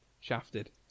shafted